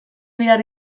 behar